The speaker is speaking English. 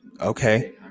Okay